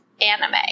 anime